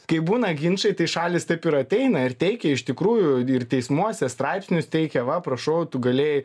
kai būna ginčai tai šalys taip ir ateina ir teikia iš tikrųjų ir teismuose straipsnius teikia va prašau tu galėjai